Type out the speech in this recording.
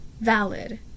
valid